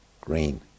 green